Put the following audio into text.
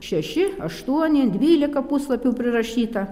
šeši aštuoni dvylika puslapių prirašyta